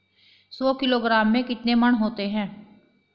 सौ किलोग्राम में कितने मण होते हैं?